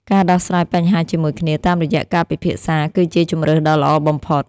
ការដោះស្រាយបញ្ហាជាមួយគ្នាតាមរយៈការពិភាក្សាគឺជាជម្រើសដ៏ល្អបំផុត។